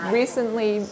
recently